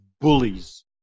bullies